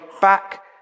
back